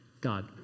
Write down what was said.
God